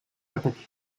repetir